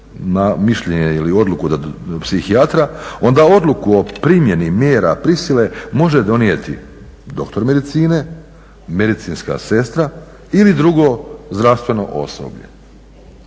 na mišljenje ili odluku psihijatra onda odluku o primjeni mjera prisile može donijeti doktor medicine, medicinska sestra ili drugo zdravstveno osoblje.